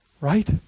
Right